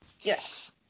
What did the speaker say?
yes